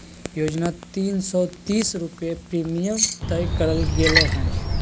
योजना तीन सो तीस रुपये प्रीमियम तय करल गेले हइ